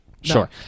sure